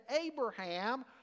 Abraham